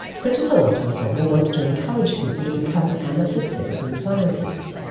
critical art ensemble wants to encourage people to become amateur citizen scientists.